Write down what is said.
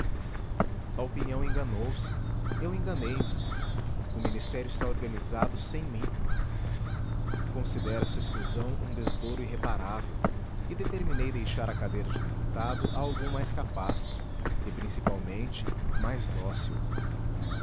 a opinião enganou-se eu enganei-me o ministério está organizado sem mim considero esta exclusão um desdouro irreparável e determinei deixar a cadeira de deputado a algum mais capaz e principalmente mais dócil